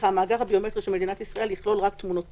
הביומטרי של מדננת ישראל יכלול רק תמונות פנים.